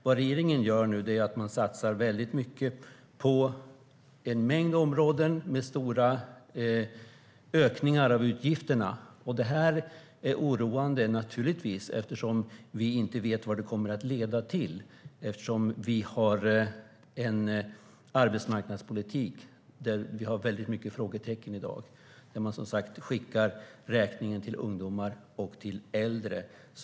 Vad regeringen gör nu är att satsa väldigt mycket på en mängd områden, med stora ökningar av utgifterna. Detta är naturligtvis oroande eftersom vi inte vet vad det kommer att leda till. Vi har nämligen en arbetsmarknadspolitik där det finns väldigt mycket frågetecken i dag. Man skickar som sagt räkningen till ungdomar och äldre.